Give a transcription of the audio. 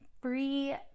free